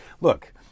Look